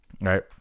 right